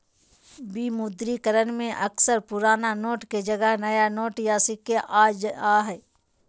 विमुद्रीकरण में अक्सर पुराना नोट के जगह नया नोट या सिक्के आ जा हइ